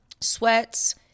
sweats